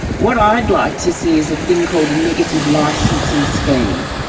what i'd like to see is a thing called a negative licensing scheme.